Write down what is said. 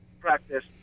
practice